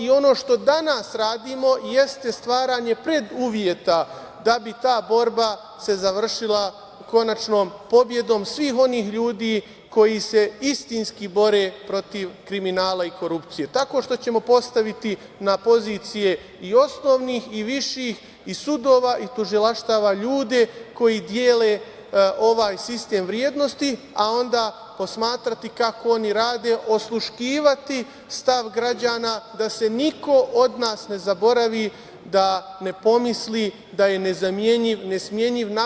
Ono što danas radimo jeste stvaranje preduslova da bi ta borba se završila konačnom pobedom svih onih ljudi koji se istinski bore protiv kriminala i korupcije, a tako što ćemo postaviti na pozicije i osnovnih i viših i sudova i tužilaštava ljude koji dele ovaj sistem vrednosti, a onda posmatrati kako oni rade, osluškivati stav građana da se niko od nas ne zaboravi, da ne pomisli da je nezamenljiv, nesmenjiv.